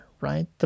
right